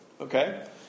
Okay